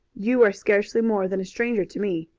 you are scarcely more than a stranger to me,